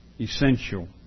Essential